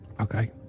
Okay